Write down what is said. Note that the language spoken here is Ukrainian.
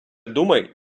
думай